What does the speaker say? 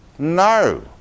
No